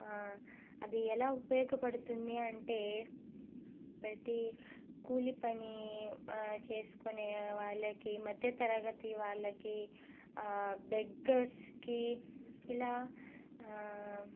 అది ఎలా ఉపయోగపడుతుంది అంటే ప్రతీ కూలి పని చేసుకునే వాళ్ళకి మధ్య తరగతి వాళ్ళకి బెగ్గర్స్కి ఇలా